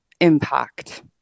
impact